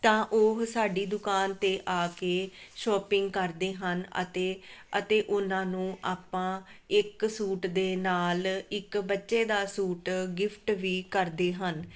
ਤਾਂ ਉਹ ਸਾਡੀ ਦੁਕਾਨ 'ਤੇ ਆ ਕੇ ਸ਼ੋਪਿੰਗ ਕਰਦੇ ਹਨ ਅਤੇ ਅਤੇ ਉਨ੍ਹਾਂ ਨੂੰ ਆਪਾਂ ਇੱਕ ਸੂਟ ਦੇ ਨਾਲ ਇੱਕ ਬੱਚੇ ਦਾ ਸੂਟ ਗਿਫਟ ਵੀ ਕਰਦੇ ਹਨ